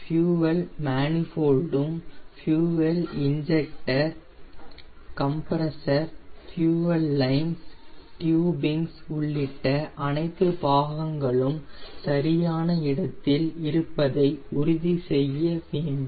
fuel manifold fuel injector compressor fuel lines tubings உள்ளிட்ட அனைத்து பாகங்களும் சரியான இடத்தில் இருப்பதை உறுதி செய்ய வேண்டும்